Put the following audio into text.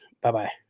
Bye-bye